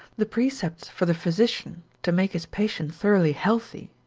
the precepts for the physician to make his patient thoroughly healthy,